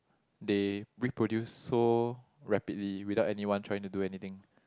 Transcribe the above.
they reproduce so rapidly without anyone trying to doing anything